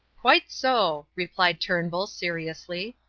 quite so, replied turnbull, seriously.